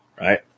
right